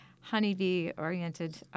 honeybee-oriented